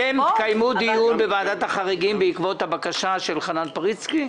אתם תקיימו דיון בוועדת החריגים בעקבות הבקשה של חנן פריצקי?